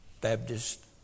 Baptist